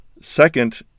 Second